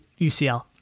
ucl